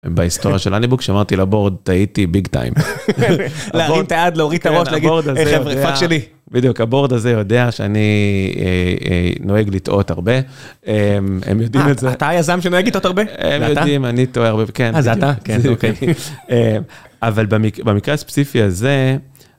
בהיסטוריה של הניבוק שאמרתי לבורד, הייתי ביג טיים. להרים את היד, להוריד את הראש, להגיד, ״היי חבר'ה, פאק שלי״. בדיוק, הבורד הזה יודע שאני נוהג לטעות הרבה. הם יודעים את זה. אתה היזם שנוהג לטעות הרבה? הם יודעים, אני טועה הרבה, כן. אה אז אתה. אבל במקרה הספציפי הזה…